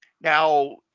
Now